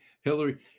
Hillary